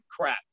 crap